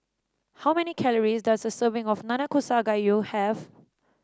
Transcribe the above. how many calories does a serving of Nanakusa Gayu have